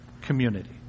community